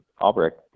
Albrecht